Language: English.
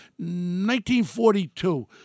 1942